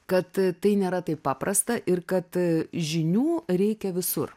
kad tai nėra taip paprasta ir kad žinių reikia visur